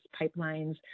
pipelines